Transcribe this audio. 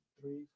three